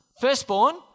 firstborn